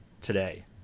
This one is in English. today